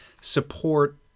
support